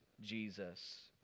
Jesus